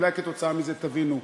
ואולי כתוצאה מזה תבינו.